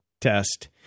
test